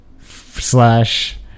slash